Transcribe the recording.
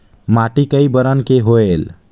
माटी कई बरन के होयल?